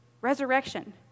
Resurrection